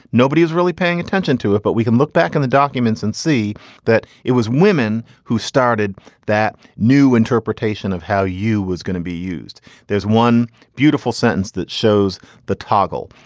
nobody is really paying attention to it. but we can look back on the documents and see that it was women who started that new interpretation of how you was gonna be used there's one beautiful sentence that shows the toggle.